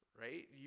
right